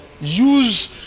Use